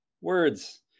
words